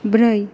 ब्रै